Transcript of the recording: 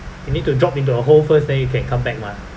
you need to drop into a hole first then you can come back mah